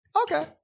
Okay